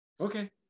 Okay